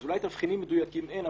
אז אולי תבחינים מדויקים אין,